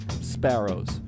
sparrows